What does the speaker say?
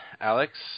Alex